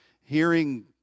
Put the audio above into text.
hearing